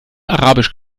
arabisch